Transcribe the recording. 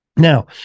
Now